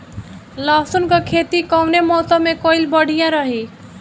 लहसुन क खेती कवने मौसम में कइल बढ़िया रही?